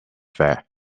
fair